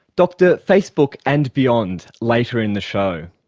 dr facebook and beyond, later in the show.